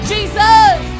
Jesus